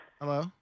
hello